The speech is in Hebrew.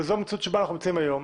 וזו המציאות שבה אנחנו נמצאים היום,